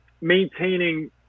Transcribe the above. maintaining